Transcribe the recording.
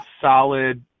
solid